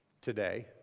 today